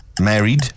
Married